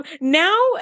now